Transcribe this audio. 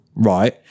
Right